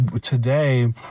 today